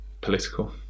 political